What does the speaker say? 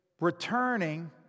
returning